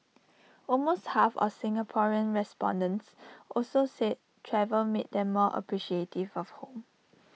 almost half of the Singaporean respondents also said travel made them more appreciative for home